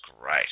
great